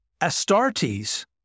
Astartes